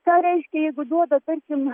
ką reiškia jeigu duoda tarkim